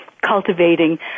cultivating